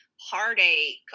heartache